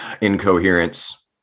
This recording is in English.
incoherence